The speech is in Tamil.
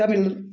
தமிழ்